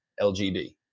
LGB